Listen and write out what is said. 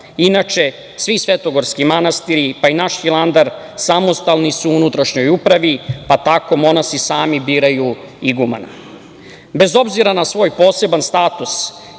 svi svetogorski manastiri, pa i naš Hilandar samostalni su u unutrašnjoj upravi, pa tako monasi sami biraju igumana. Bez obzira na svoj poseban status,